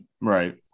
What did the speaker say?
Right